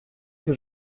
que